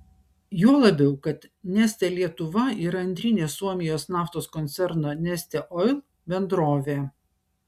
juo labiau kad neste lietuva yra antrinė suomijos naftos koncerno neste oil bendrovė